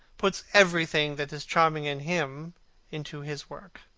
puts everything that is charming in him into his work.